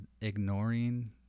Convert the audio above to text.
ignoring